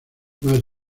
más